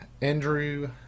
Andrew